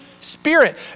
spirit